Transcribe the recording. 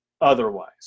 otherwise